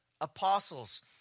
apostles